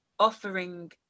Offering